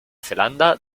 zelanda